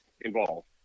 involved